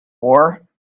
war